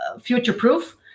future-proof